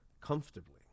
comfortably